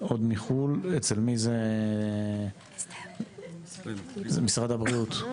עוד מחו"ל - זה משרד הבריאות.